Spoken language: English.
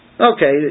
okay